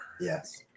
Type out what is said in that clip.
Yes